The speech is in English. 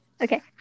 Okay